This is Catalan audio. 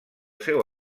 seu